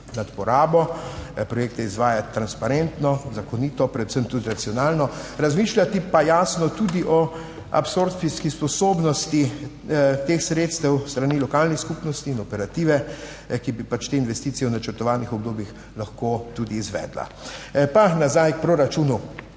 nad porabo, projekt izvajati transparentno, zakonito, predvsem tudi racionalno. Razmišljati pa jasno tudi o absorpcijski sposobnosti teh sredstev s strani lokalnih skupnosti in operative, ki bi pač te investicije v načrtovanih obdobjih lahko tudi izvedla. Pa nazaj k proračunu.